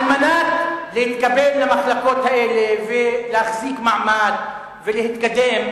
על מנת להתקבל למחלקות האלה ולהחזיק מעמד ולהתקדם,